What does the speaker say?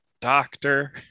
doctor